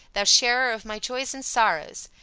thou sharer of my joys and sorrows!